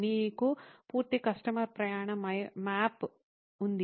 మీకు పూర్తి కస్టమర్ ప్రయాణ మ్యాప్ ఉంది